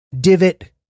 divot